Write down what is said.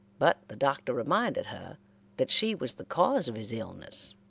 but the doctor reminded her that she was the cause of his illness.